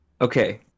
okay